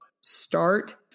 start